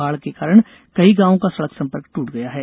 बाढ़ के कारण कई गांवों का सड़क संपर्क ट्रट गया है